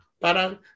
Parang